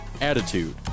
Attitude